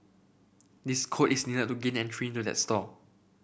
this code is needed to gain entry into the store